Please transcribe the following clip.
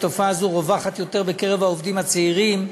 ותופעה זו רווחת יותר בקרב העובדים הצעירים,